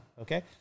okay